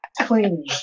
clean